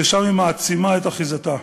ושם היא מעצימה את אחיזתה.